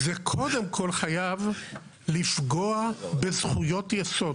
זה קודם כל חייב לפגוע בזכויות יסוד.